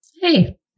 hey